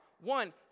one